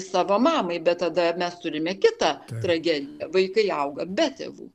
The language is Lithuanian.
savo mamai bet tada mes turime kitą tragediją vaikai auga be tėvų